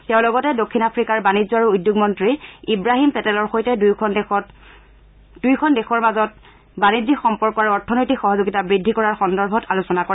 তেওঁ লগতে দক্ষিণ আফ্ৰিকাৰ বাণিজ্য আৰু উদ্যোগ মন্ত্ৰী ইৱাহিম পাটেলৰ সৈতে দুয়োখনৰ দেশত মাজত বাণিজ্যিক সম্পৰ্ক আৰু অৰ্থনৈতিক সহযোগিতা বৃদ্ধি কৰাৰ সন্দৰ্ভত আলোচনা কৰে